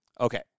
Okay